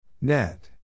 Net